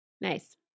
Nice